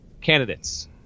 candidates